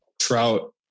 trout